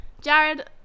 Jared